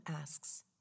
asks